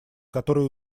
которые